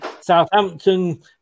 Southampton